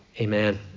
amen